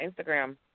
Instagram